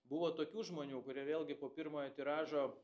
buvo tokių žmonių kurie vėlgi po pirmojo tiražo